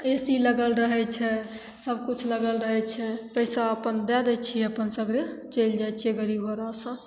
ए C लगल रहै छै सबकिछु लगल रहै छै पइसा अपन दै दै छिए अपन सगरे चलि जाइ छिए गाड़ी घोड़ासे